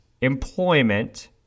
employment